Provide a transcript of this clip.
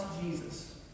Jesus